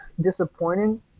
disappointing